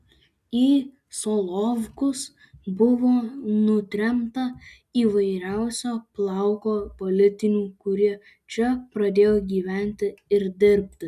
į solovkus buvo nutremta įvairiausio plauko politinių kurie čia pradėjo gyventi ir dirbti